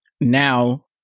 Now